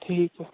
ਠੀਕ ਹੈ